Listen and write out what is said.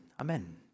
amen